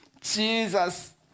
Jesus